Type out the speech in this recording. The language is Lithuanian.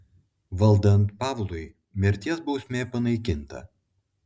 valdant pavlui mirties bausmė panaikinta